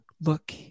Look